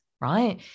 Right